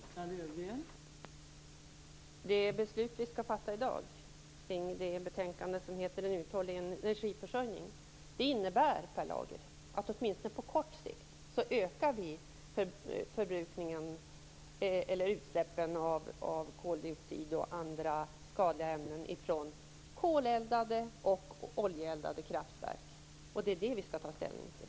Fru talman! Det beslut som vi i dag skall fatta med anledning av det betänkande som har titeln En uthållig energiförsörjning innebär, Per Lager, att vi åtminstone på kort sikt ökar utsläppen av koldioxid och andra skadliga ämnen från kol och oljeeldade kraftverk. Det är alltså det som vi skall ta ställning till.